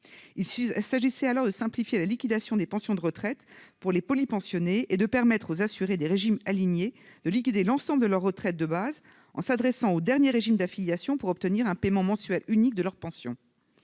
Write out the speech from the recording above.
Il s'agissait alors de simplifier la liquidation des pensions de retraite pour les polypensionnés et de permettre aux assurés des régimes alignés de liquider l'ensemble de leur retraite de base en s'adressant au dernier régime d'affiliation pour obtenir un paiement mensuel unique de leur pension.